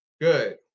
Good